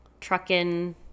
trucking